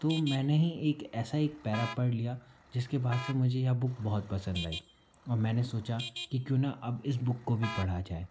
तो मैंने ही एक ऐसा एक पैरा पढ़ लिया जिसके बाद से मुझे यह बुक बहुत पसंद आई और मैंने सोचा कि क्यों ना अब इस बुक को भी पढ़ा जाए